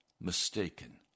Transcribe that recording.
mistaken